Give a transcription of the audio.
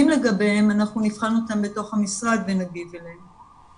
לגביהם אנחנו נבחן אותם בתוך המשרד ונגיב עליהם.